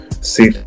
see